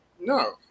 No